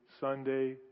Sunday